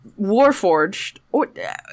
Warforged